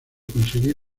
conseguir